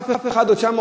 אף אחד שם,